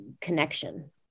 connection